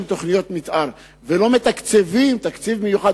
תוכניות מיתאר ולא מתקצבים תקציב מיוחד,